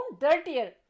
dirtier